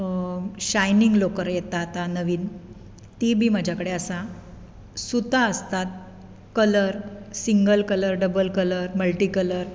shining लोकर येता नवीन ती बी म्हज्या कडेन आसा सुतां आसतात colour single colour double colour multi colour